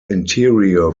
interior